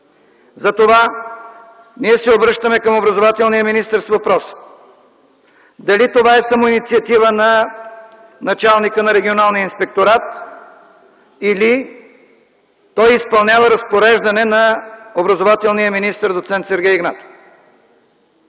Затова ние се обръщаме към образователния министър с въпроса: дали това е самоинициатива на началника на Регионалния инспекторат, или той изпълнява разпореждане на образователния министър доц. Сергей Игнатов?